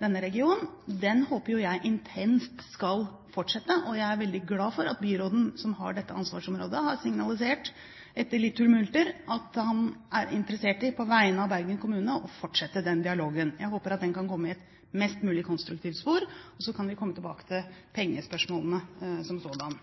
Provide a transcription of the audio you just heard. denne regionen, håper jo jeg intenst skal fortsette. Jeg er veldig glad for at byråden, som har dette ansvarsområdet, har signalisert – etter litt tumulter – at han på vegne av Bergen kommune er interessert i å fortsette den dialogen. Jeg håper at den kan komme i et mest mulig konstruktivt spor, og så kan vi komme tilbake til pengespørsmålene som sådan.